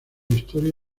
historia